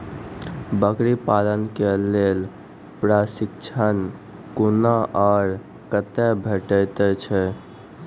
बकरी पालन के लेल प्रशिक्षण कूना आर कते भेटैत छै?